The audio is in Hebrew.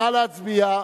נא להצביע.